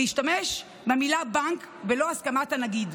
להשתמש במילה "בנק" בלא הסכמת הנגיד.